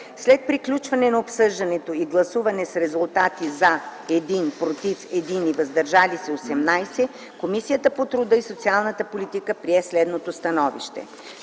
След приключване на обсъждането и гласуване с резултати: „за” – 1 глас, „против” – 1, и „въздържали се” – 18, Комисията по труда и социалната политика прие следното становище: